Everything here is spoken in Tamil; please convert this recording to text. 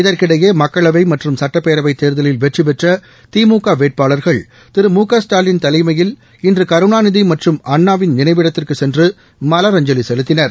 இதற்கிடையே மக்களவை மற்றும் சட்டப்பேரவைத் தேர்தலில் வெற்றிபெற்ற திமுக வேட்பாளர்கள் திரு மு க ஸ்டாலின் தலைமையில் இன்று கருணாநிதி மற்றும் அணாணவின் நினைவிடத்திற்குச் சென்று மலரஞ்சலி செலுத்தினர்